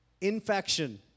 infection